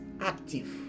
active